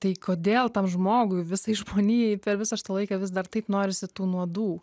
tai kodėl tam žmogui visai žmonijai per visą šitą laiką vis dar taip norisi tų nuodų